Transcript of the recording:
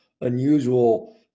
unusual